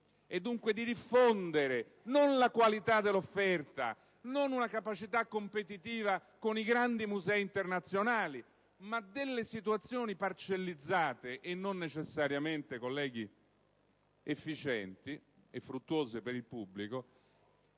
e dunque di diffondere non la qualità dell'offerta, non una capacità competitiva con i grandi musei internazionali, ma delle situazioni parcellizzate e non necessariamente, colleghi, efficienti e fruttuose per il pubblico,